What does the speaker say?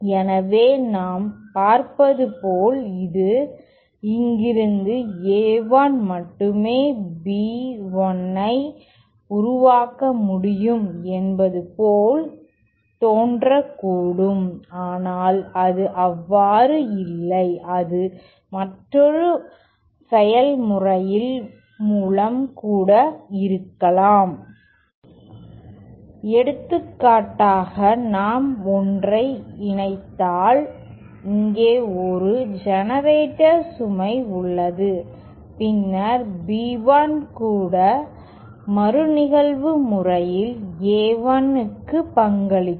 எனவே நாம் பார்ப்பது போல் இது இங்கிருந்து A1 மட்டுமே B1 ஐ உருவாக்க முடியும் என்பது போல் தோன்றக்கூடும் ஆனால் அது அவ்வாறு இல்லை அது மற்றொரு செயல்முறையின் மூலம் கூட இருக்கலாம் எடுத்துக்காட்டாக நாம் ஒன்றை இணைத்தால் இங்கே ஒரு ஜெனரேட்டர் சுமை உள்ளது பின்னர் B1 கூட மறுநிகழ்வு முறையில் A1 க்கு பங்களிக்கும்